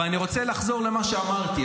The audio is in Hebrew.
אבל אני רוצה לחזור למה שאמרתי.